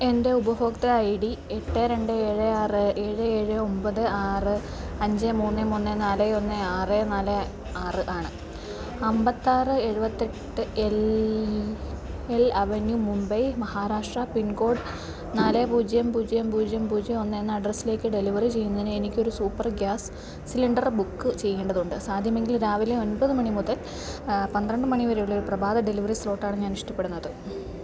എൻ്റെ ഉപഭോക്തൃ I D എട്ട് രണ്ട് ഏഴ് ആറ് ഏഴ് ഏഴ് ഒമ്പത് ആറ് അഞ്ച് മൂന്ന് മൂന്ന് നാല് ഒന്ന് ആറ് നാല് ആറ് ആണ് അമ്പത്തിയാറ് എഴുപത്തിയെട്ട് L L avenue Mumbai Maharashtra pin code നാല് പൂജ്യം പൂജ്യം പൂജ്യം പൂജ്യം ഒന്ന് എന്ന അഡ്രസ്സിലേക്ക് ഡെലിവറി ചെയ്യുന്നതിന് എനിക്കൊരു സൂപ്പർ ഗ്യാസ് സിലിണ്ടർ ബുക്ക് ചെയ്യേണ്ടതുണ്ട് സാധ്യമെങ്കിൽ രാവിലെ ഒൻപത് മണി മുതൽ പന്ത്രണ്ട് മണി വരെയുള്ള ഒരു പ്രഭാത ഡെലിവറി സ്ലോട്ടാണ് ഞാൻ ഇഷ്ടപ്പെടുന്നത്